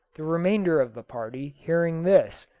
the remainder of the party, hearing this,